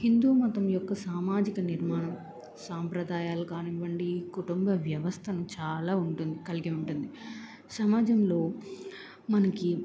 హిందూ మతం యొక్క సామాజిక నిర్మాణం సాంప్రదాయాలు కానివ్వండి కుటుంబ వ్యవస్థను చాలా ఉంటుంది కలిగి ఉంటుంది సమాజంలో మనకి